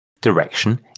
direction